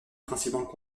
principalement